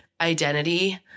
identity